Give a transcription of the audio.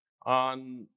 on